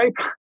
type